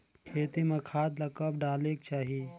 खेती म खाद ला कब डालेक चाही?